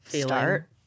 start